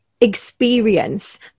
experience